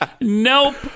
nope